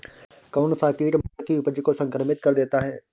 कौन सा कीट मटर की उपज को संक्रमित कर देता है?